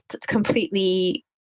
completely